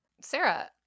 Sarah